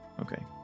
okay